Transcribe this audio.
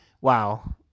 wow